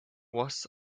was